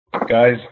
Guys